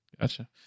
Gotcha